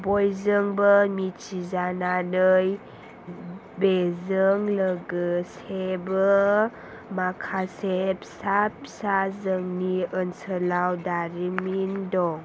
बयजोंबो मिथिजानानै बेजों लोगोसेबो माखासे फिसा फिसा जोंनि ओनसोलाव दारिमिन दं